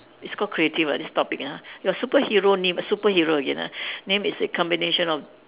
it's called creative ah this topic ya your superhero name superhero again ah name is a combination of